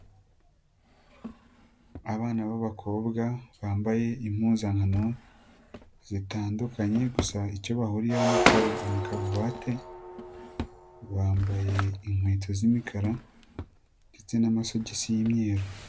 Abana b'abakobwa bambaye impuzankano zitandukanye gusa icyo bahuriyeho ni karuvate, bambaye inkweto z'imikara ndetse n'amasogisi y'imyeru.